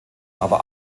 aber